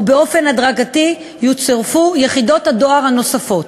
ובאופן הדרגתי יצורפו יחידות הדואר הנוספות,